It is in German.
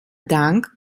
dank